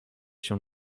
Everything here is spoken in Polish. się